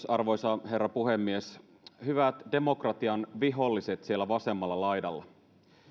arvoisa herra puhemies hyvät demokratian viholliset siellä vasemmalla laidalla